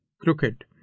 crooked